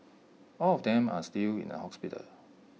all of them are still in A hospital